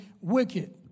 wicked